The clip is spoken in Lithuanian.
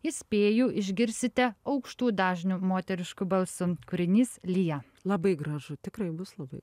įspėju išgirsite aukštų dažnių moterišku balsu kūrinys lyja labai gražu tikrai bus labai